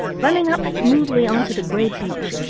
running up smoothly onto the gray beach,